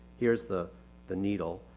here's the the needle,